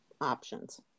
options